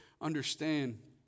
understand